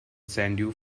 send